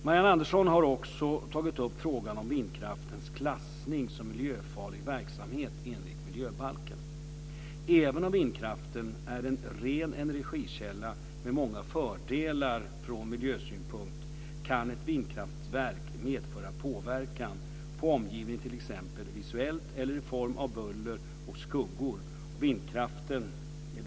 Marianne Andersson har också tagit upp frågan om vindkraftens klassning som miljöfarlig verksamhet enligt miljöbalken. Även om vindkraften är en ren energikälla med många fördelar från miljösynpunkt kan ett vindkraftverk medföra påverkan på omgivningen t.ex. visuellt eller i form av buller och skuggor.